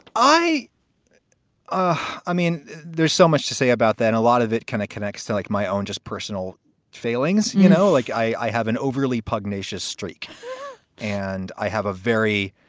i ah i mean, there's so much to say about that, a lot of it kind of connects to like my own just personal failings, you know, like i i have an overly pugnacious streak and i have a very.